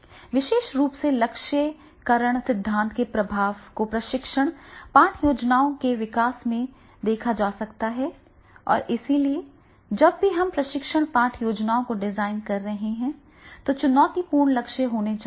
विशेष रूप से लक्ष्यीकरण सिद्धांत के प्रभाव को प्रशिक्षण पाठ योजनाओं के विकास में देखा जा सकता है और इसलिए जब भी हम प्रशिक्षण पाठ योजनाओं को डिज़ाइन कर रहे हैं तो चुनौतीपूर्ण लक्ष्य होने चाहिए